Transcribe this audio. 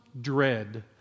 dread